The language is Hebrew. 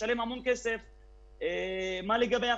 מה לגבי החשמל?